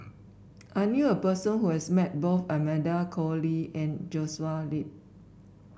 I knew a person who has met both Amanda Koe Lee and Joshua Ip